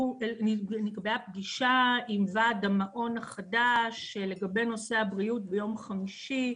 שנקבעה פגישה עם ועד המעון החדש לגבי נושא הבריאות ביום חמישי.